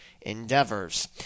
endeavors